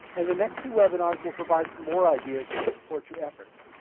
and the next two webinars will provide some more ideas that will support your efforts.